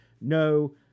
No